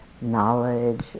knowledge